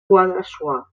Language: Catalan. guadassuar